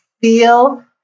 feel